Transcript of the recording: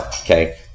Okay